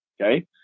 Okay